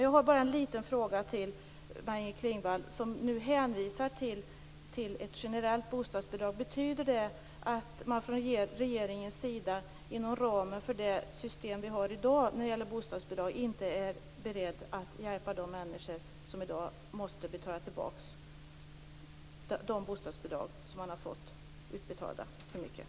Jag har nu bara en liten fråga till Maj-Inger Klingvall, som hänvisar till ett generellt bostadsbidrag. Betyder det att man från regeringens sida inom ramen för det system vi har i dag när det gäller bostadsbidrag inte är beredd att hjälpa de människor som i dag måste betala tillbaka de delar av bostadsbidraget som de har fått utbetalda för mycket?